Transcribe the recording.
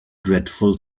dreadful